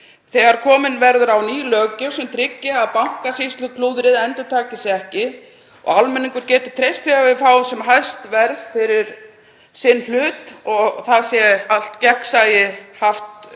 þegar komin verður ný löggjöf sem tryggir að bankasýsluklúðrið endurtaki sig ekki og almenningur geti treyst því að fá sem hæst verð fyrir sinn hlut og það sé allt gegnsæi í